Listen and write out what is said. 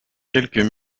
quelques